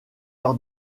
leur